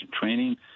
training